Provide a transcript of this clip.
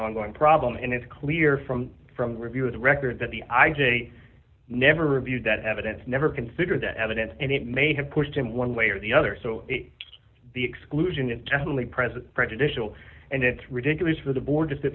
ongoing problem and it's clear from from the review of the record that the i g never reviewed that evidence never consider the evidence and it may have pushed him one way or the other so the exclusion is definitely present prejudicial and it's ridiculous for the board to sit